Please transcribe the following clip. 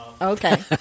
Okay